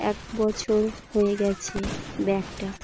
এক বছর হয়ে গেছে ব্যাগটা